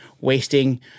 wasting